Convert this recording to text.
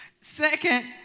Second